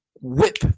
whip